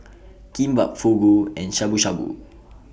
Kimbap Fugu and Shabu Shabu